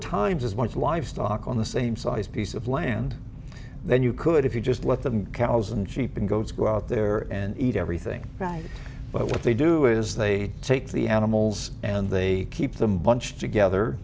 times as much livestock on the same size piece of land than you could if you just let them cows and sheep and goats go out there and eat everything but what they do is they take the animals and they keep them bunched together